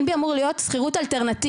AIRBNB אמור להוות שכירות אלטרנטיבית,